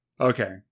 Okay